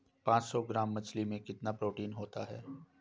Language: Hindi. पांच सौ ग्राम मछली में कितना प्रोटीन होता है?